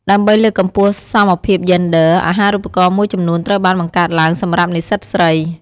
ដើម្បីលើកកម្ពស់សមភាពយេនឌ័រ អាហារូបករណ៍មួយចំនួនត្រូវបានបង្កើតឡើងសម្រាប់និស្សិតស្រី។